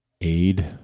Aid